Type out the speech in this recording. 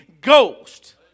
Ghost